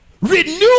renew